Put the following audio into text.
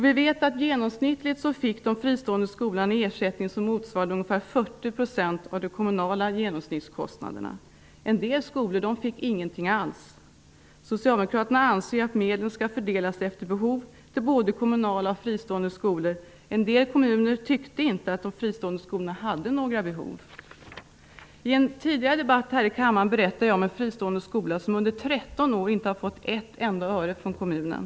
Vi vet att de fristående skolorna i genomsnitt fick ersättning som motsvarade ungefär En del skolor fick ingenting alls. Socialdemokraterna anser att medlen skall fördelas efter behov till både kommunala och fristående skolor. En del kommuner tyckte inte att de fristående skolorna hade några behov. I en tidigare debatt här i kammaren berättade jag om en fristående skola som under 13 år inte hade fått ett enda öre från kommunen.